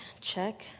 check